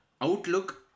outlook